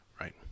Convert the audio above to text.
right